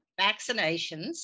vaccinations